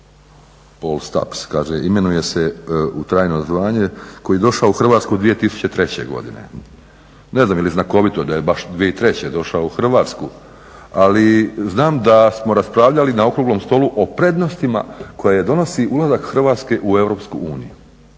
Paul Stapps. Kaže imenuje se u trajno zvanje koji je došao u Hrvatsku 2003. godine. Ne znam je li znakovito da je baš 2003. došao u Hrvatsku, ali znam da smo raspravljali na okruglom stolu o prednostima koje donosi ulazak Hrvatske u